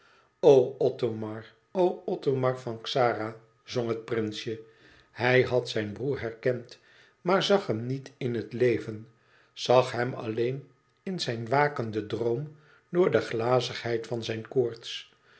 o othomar van xara zong het prinsje hij had zijn broêr herkend maar zag hem niet in het leven zag hem alleen in zijn wakenden droom door de glazigheid van zijne koorts